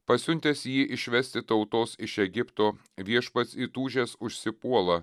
pasiuntęs jį išvesti tautos iš egipto viešpats įtūžęs užsipuola